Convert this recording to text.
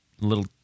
little